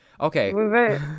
okay